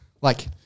Like-